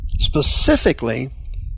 specifically